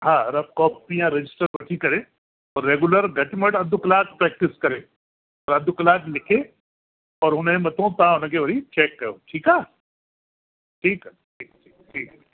हा rough copy या register वठी करे पोइ रेगुलर घटि में घटि अधु कलाकु प्रैक्टिस करे पर अधु कलाकु लिखे और हुनजे मथो तव्हां हुनखे वरी चैक कयो ठीकु आहे ठीकु ठीकु ठीकु